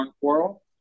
coral